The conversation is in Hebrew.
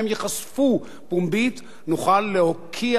נוכל להוקיע להקיא את הרע הזה מתוכנו.